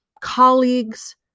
Colleagues